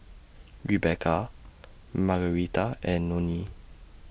Rebekah Margarita and Nonie